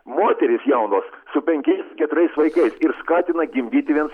moterys jaunos su penkiais keturiais vaikais ir skatina gimdyti viens